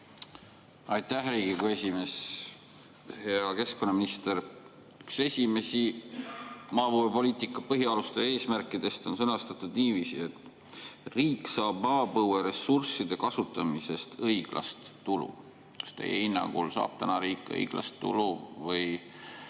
Aitäh, Riigikogu esimees! Hea keskkonnaminister! Üks esimesi maapõuepoliitika põhialuste eesmärke on sõnastatud niiviisi, et riik saab maapõueressursside kasutamisest õiglast tulu. Kas teie hinnangul saab riik praegu õiglast tulu või